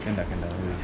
can lah can lah